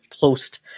post